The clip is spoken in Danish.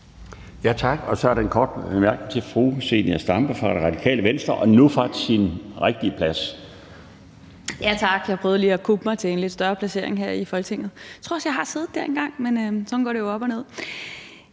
Tak. Så er der en kort bemærkning til fru Zenia Stampe fra Radikale Venstre – nu fra sin rigtige plads. Kl. 12:42 Zenia Stampe (RV): Tak. Jeg prøvede lige at kuppe mig til en lidt bedre placering her i Folketinget. Jeg tror også, at jeg har siddet der engang, men sådan går det jo op og ned.